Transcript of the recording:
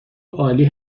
عالی